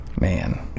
Man